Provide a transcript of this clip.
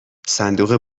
صندوق